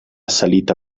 salita